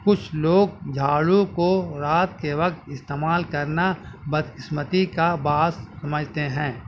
کچھ لوگ جھاڑو کو رات کے وقت استعمال کرنا بدقسمتی کا باعث سمجھتے ہیں